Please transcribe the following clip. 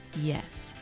Yes